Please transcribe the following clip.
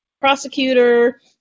prosecutor